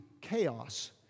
chaos